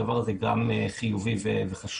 הדבר הזה גם חיובי וחשוב.